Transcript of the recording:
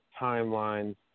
timelines